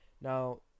now